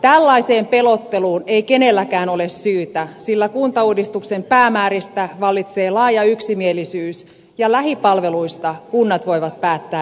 tällaiseen pelotteluun ei kenelläkään ole syytä sillä kuntauudistuksen päämääristä vallitsee laaja yksimielisyys ja lähipalveluista kunnat voivat päättää itse